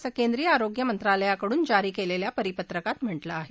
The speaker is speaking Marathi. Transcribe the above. असं केंद्रीय आरोग्य मंत्रालयाकडून जारी क्लिखिा परिपत्रकात म्हटलं आह